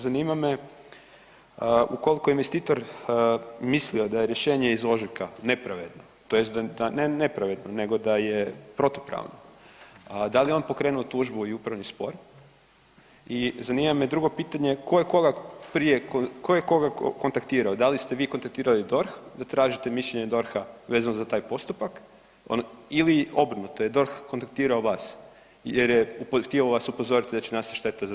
Zanima me ukoliko investitor mislio da je rješenje iz ožujka nepravedno, tj. da, ne nepravedno nego da je protupravno, da li je on pokrenuo tužbu i upravni spor i zanima me drugo pitanje, tko je koga prije, tko je koga kontaktirao, da li ste vi kontaktirali DORH da tražite mišljenje DORH-a vezano za taj postupak ili obrnuto, je DORH kontaktirao vas jer je htio vas upozoriti da će nastati šteta za državu?